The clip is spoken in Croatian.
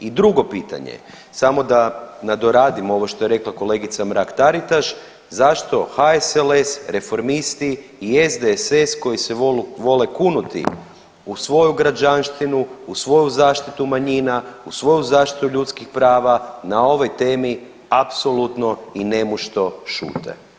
I drugo pitanje, samo da nadoradim ovo što je rekla kolegica Mrak Taritaš, zašto HSLS, Reformisti i SDSS koji se vole kunuti u svoju građanštinu u svoju zaštitu manjina u svoju zaštitu ljudskih prava na ovoj temi apsolutno i nemušto šute?